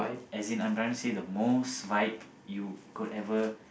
as in I'm saying the most vibe you would ever